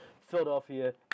Philadelphia